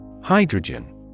hydrogen